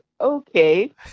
okay